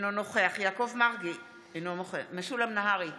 אינו נוכח יעקב מרגי, אינו נוכח משולם נהרי,